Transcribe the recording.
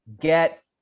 get